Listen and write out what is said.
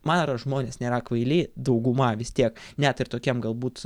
man yra žmonės nėra kvaili dauguma vis tiek net ir tokiem galbūt